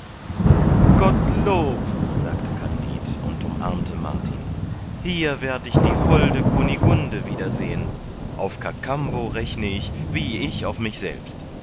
gottlob sagte kandid und umarmte martin hier werd ich die holde kunigunde wiedersehen auf kakambo rechne ich wie ich auf mich selbst